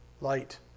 light